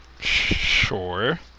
Sure